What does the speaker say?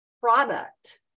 product